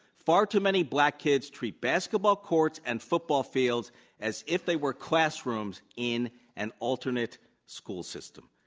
far too many black kids treat basketball courts and football fields as if they were classrooms in an alternate school system.